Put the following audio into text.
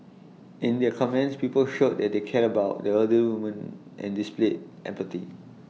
in their comments people showed that they cared about the elderly woman and displayed empathy